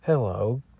Hello